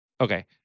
Okay